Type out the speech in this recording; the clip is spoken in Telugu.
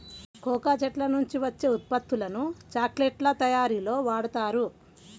కోకా చెట్ల నుంచి వచ్చే ఉత్పత్తులను చాక్లెట్ల తయారీలో వాడుతారు